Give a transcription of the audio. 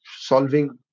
solving